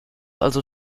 also